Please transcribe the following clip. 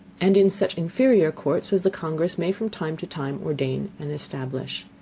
and in such inferior courts as the congress may from time to time ordain and establish.